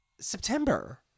September